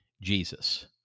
Jesus